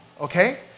okay